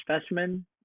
specimen